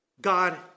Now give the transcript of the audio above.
God